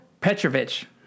Petrovich